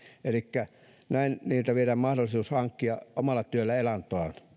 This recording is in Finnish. elikkä näin heiltä viedään pois mahdollisuus hankkia omalla työllään elantoa